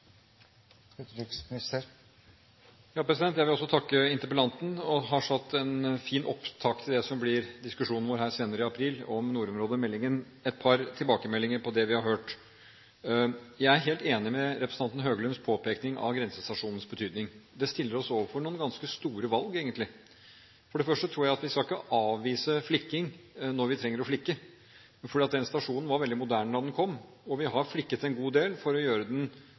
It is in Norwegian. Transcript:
Jeg vil også takke interpellanten. Han har laget en fin opptakt til det som blir diskusjonen vår her senere i april om nordområdemeldingen. Et par tilbakemeldinger på det vi har hørt: Jeg er helt enig i representanten Høglunds påpekning av grensestasjonens betydning. Det stiller oss overfor noen ganske store valg, egentlig. For det første tror jeg at vi ikke skal avvise flikking når vi trenger å flikke. Denne stasjonen var veldig moderne da den kom, og vi har flikket en god del for å gjøre den